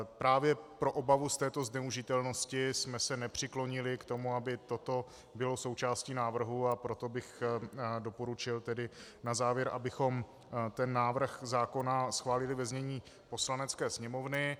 Právě pro obavu z této zneužitelnosti jsme se nepřiklonili k tomu, aby toto bylo součástí návrhu, a proto bych doporučil na závěr, abychom návrh zákona schválili ve znění Poslanecké sněmovny.